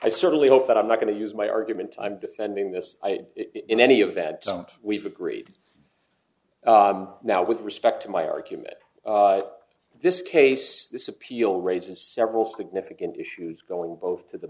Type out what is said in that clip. i certainly hope that i'm not going to use my argument i'm defending this in any event we've agreed now with respect to my argument this case this appeal raises several significant issues going both to the